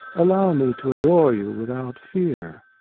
allow me to adore you without fear.